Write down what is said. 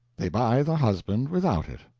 they buy the husband without it.